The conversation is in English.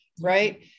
right